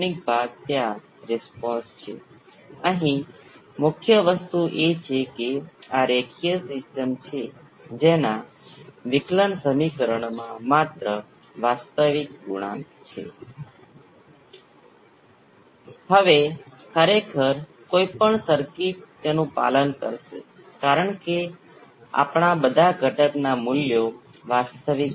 તેથી R બરાબર 0 પદ એ આ સર્કિટને લોસ લેશ સર્કિટ બનાવે છે R બરાબર અનંત પદ સર્કિટને લોસ લેશ સર્કિટ બનાવે છે અને ક્વાલિટી ફેક્ટર માટેની અભિવ્યક્તિ તેની સાથે સુસંગત છે